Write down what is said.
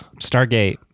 Stargate